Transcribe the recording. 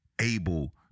able